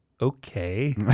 okay